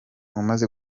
umaze